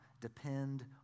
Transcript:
Depend